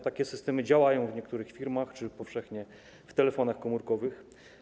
Takie systemy działają w niektórych firmach czy powszechnie w telefonach komórkowych.